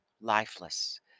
lifeless